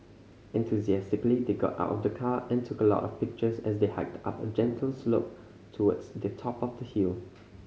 enthusiastically they got out of the car and took a lot of pictures as they hiked up a gentle slope towards the top of the hill